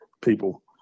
people